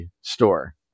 store